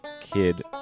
kid